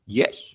yes